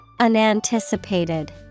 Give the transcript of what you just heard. Unanticipated